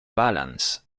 balance